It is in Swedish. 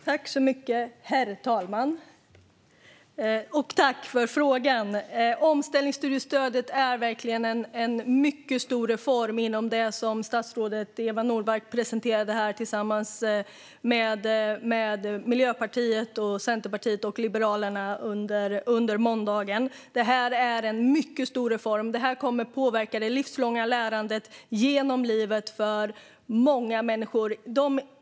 Herr talman! Jag tackar för frågan. Omställningsstudiestödet är verkligen en mycket stor reform inom det som statsrådet Eva Nordmark presenterade tillsammans med Miljöpartiet, Centerpartiet och Liberalerna under måndagen. Det är en reform som kommer att påverka det livslånga lärandet genom livet för många människor.